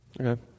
Okay